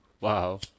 Wow